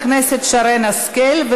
עברה בקריאה הטרומית,